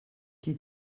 qui